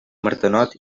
martenot